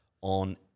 on